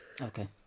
Okay